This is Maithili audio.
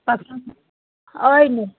पसन्द अइ